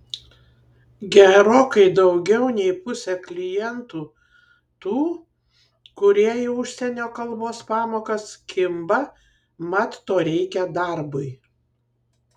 gerokai daugiau nei pusė klientų tų kurie į užsienio kalbos pamokas kimba mat to reikia darbui